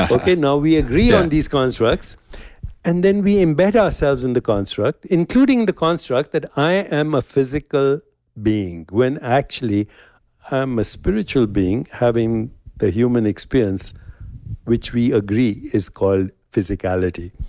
ah okay? now, we agree on these constructs and then we embed ourselves in the construct, including the construct that i am a physical being, when actually i'm a spiritual being, having the human experience which we agree is called physicality.